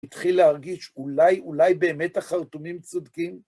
התחיל להרגיש אולי, אולי באמת החרטומים צודקים.